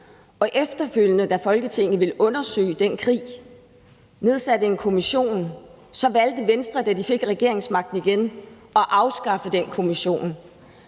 Og efterfølgende ville Folketinget undersøge den krig og nedsatte en kommission, men Venstre valgte, da de fik regeringsmagten igen, at afskaffe den kommission.